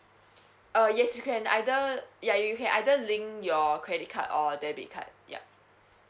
uh yes you can either ya you can either link your credit card or debit card yup